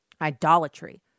idolatry